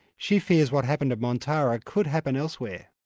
she fears what happened at montara could happen elsewhere.